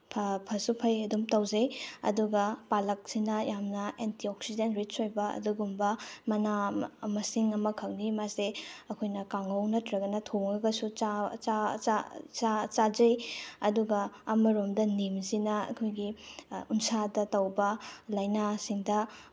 ꯐꯁꯨ ꯐꯩ ꯑꯗꯨꯝ ꯇꯧꯖꯩ ꯑꯗꯨꯒ ꯄꯥꯂꯛꯁꯤꯅ ꯌꯥꯝꯅ ꯑꯦꯟꯇꯤ ꯑꯣꯛꯁꯤꯗꯦꯟ ꯔꯤꯁ ꯑꯣꯏꯕ ꯑꯗꯨꯒꯨꯝꯕ ꯃꯅꯥ ꯃꯁꯤꯡ ꯑꯃꯈꯛꯅꯤ ꯃꯥꯁꯦ ꯑꯩꯈꯣꯏꯅ ꯀꯥꯡꯍꯧ ꯅꯠꯇ꯭ꯔꯒꯅ ꯊꯣꯡꯉꯒꯁꯨ ꯆꯥꯖꯩ ꯑꯗꯨꯒ ꯑꯃꯔꯣꯝꯗ ꯅꯤꯝꯁꯤꯅ ꯑꯩꯈꯣꯏꯒꯤ ꯎꯟꯁꯥꯗ ꯇꯧꯕ ꯂꯥꯏꯅꯥꯁꯤꯡꯗ